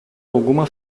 alguma